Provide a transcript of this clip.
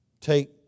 take